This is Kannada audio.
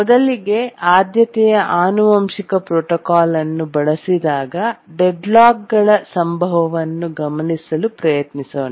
ಮೊದಲಿಗೆ ಆದ್ಯತೆಯ ಆನುವಂಶಿಕ ಪ್ರೋಟೋಕಾಲ್ ಅನ್ನು ಬಳಸಿದಾಗ ಡೆಡ್ಲಾಕ್ಗಳ ಸಂಭವವನ್ನು ಗಮನಿಸಲು ಪ್ರಯತ್ನಿಸೋಣ